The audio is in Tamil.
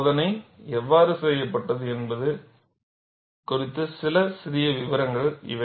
சோதனை எவ்வாறு செய்யப்பட்டது என்பது குறித்த சில சிறிய விவரங்கள் இவை